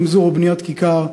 רמזור או בניית כיכר,